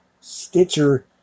Stitcher